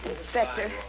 Inspector